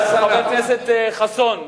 חבר הכנסת חסון,